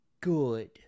good